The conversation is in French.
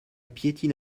piétine